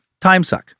timesuck